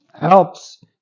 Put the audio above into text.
helps